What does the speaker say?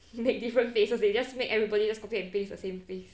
make different faces they just make everybody just copy and paste the same face